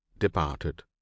departed